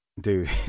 dude